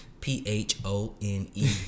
p-h-o-n-e